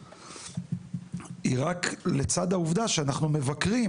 היא רק לצד העובדה שאנחנו מבקרים,